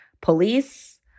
police